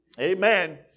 Amen